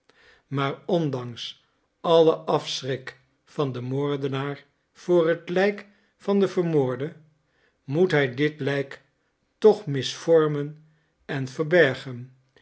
maar ondanks allen afschrik van den moordenaar voor het lijk van den vermoorde moet hij dit lijk toch misvormen en verbergen